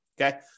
okay